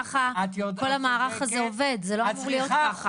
שככה כל המערך הזה עובד, זה לא אמור להיות ככה.